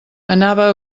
anava